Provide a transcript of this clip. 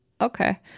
Okay